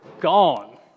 gone